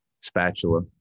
spatula